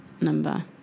number